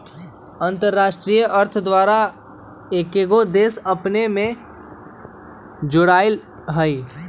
अंतरराष्ट्रीय अर्थ द्वारा कएगो देश अपने में जोरायल हइ